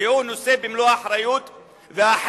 והוא נושא במלוא האחריות והחטא,